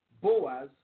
Boaz